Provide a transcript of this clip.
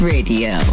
Radio